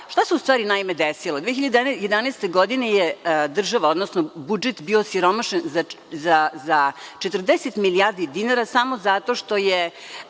se u stvari naime desilo? Godine 2011. je država, odnosno budžet bio siromašan za 40 milijardi dinara samo zato što je